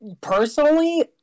personally